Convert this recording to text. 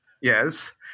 yes